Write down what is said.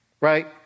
right